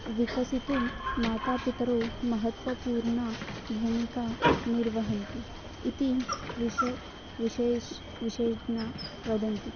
विकसितुं मातापितरौ महत्त्वपूर्णां भूमिकां निर्वहन्ति इति विशे विशेषः विशेषज्ञाः वदन्ति